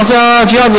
מה זה הג'יהאד הזה?